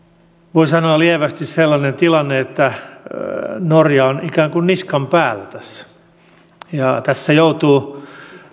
voi sanoa lievästi sellainen tilanne että norja on ikään kuin niskan päällä tässä ja tässä joutuu